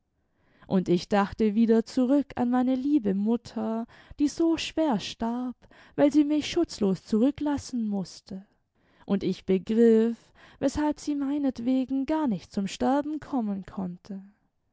und ich dachte wieder zurück an meine liebe mutter die so schwer starb weil sie mich schutzlos zurücklassen mußte und ich begriff weshalb sie meinetwegen gar nicht zum sterben kommen konnte